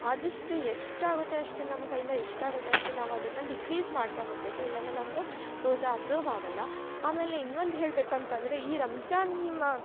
ಆದಷ್ಟು ಎಷ್ಟಾಗತ್ತೆ ಅಷ್ಟು ನಮ್ಮ ಕೈಯಿಂದ ಎಷ್ಟಾಗುತ್ತೆ ಅಷ್ಟು ನಾವು ಅದನ್ನ ಡಿಕ್ರೀಸ್ ಮಾಡ್ತಾ ಹೋಗಬೇಕು ಇಲ್ಲಂದರೆ ನಮ್ಮದು ರೋಸಾ ಅಪ್ರೂವ್ ಆಗಲ್ಲ ಆಮೇಲೆ ಇನ್ವಂದು ಹೇಳ್ಬೇಕು ಅಂತಂದರೆ ಈ ರಂಜಾನ್ಮ